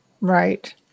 Right